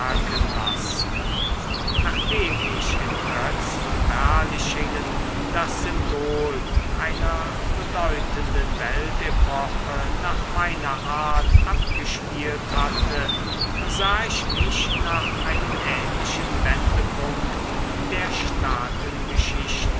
lassen nachdem ich im götz von berlichingen das symbol einer bedeutenden weltepoche nach meiner art abgespiegelt hatte sah ich mich nach einem ähnlichen wendepunkt der